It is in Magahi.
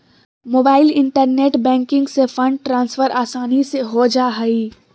मोबाईल इन्टरनेट बैंकिंग से फंड ट्रान्सफर आसानी से हो जा हइ